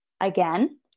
again